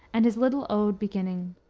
and his little ode beginning,